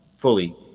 Fully